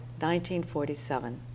1947